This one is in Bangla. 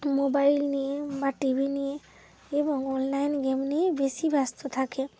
মোবাইল নিয়ে বা টিভি নিয়ে এবং অনলাইন গেম নিয়েই বেশি ব্যস্ত থাকে